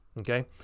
Okay